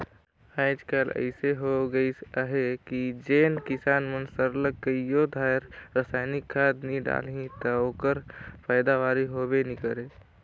आएज काएल अइसे होए गइस अहे कि जेन किसान मन सरलग कइयो धाएर रसइनिक खाद नी डालहीं ता ओकर पएदावारी होबे नी करे